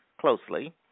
closely